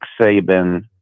Saban